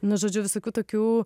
nu žodžiu visokių tokių